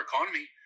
economy